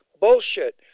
Bullshit